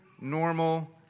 normal